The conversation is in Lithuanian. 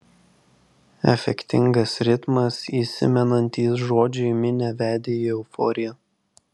efektingas ritmas įsimenantys žodžiai minią vedė į euforiją